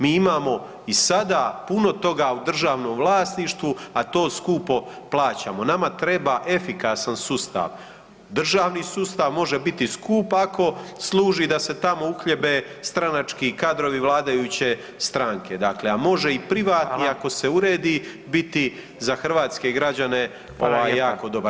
Mi imamo i sada puno toga u državnom vlasništvu a to skupo plaćamo, nama treba efikasan sustav, državni sustav može biti skup ako služi da se tamo uhljebe stranački kadrovi vladajuće stranke dakle a može i privatni ako se uredi biti za hrvatske građane jako dobar.